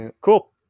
Cool